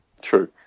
true